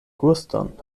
guston